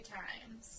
times